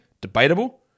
debatable